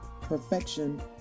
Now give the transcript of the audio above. perfection